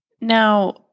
now